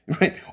Right